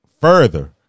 further